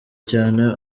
cyane